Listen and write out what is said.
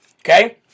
Okay